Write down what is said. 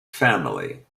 family